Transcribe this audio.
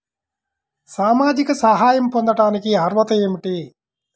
సామాజిక సహాయం పొందటానికి అర్హత ఏమిటి?